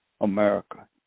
America